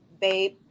babe